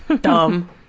Dumb